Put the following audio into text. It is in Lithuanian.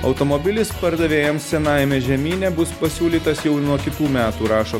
automobilis pardavėjams senajame žemyne bus pasiūlytas jau nuo kitų metų rašo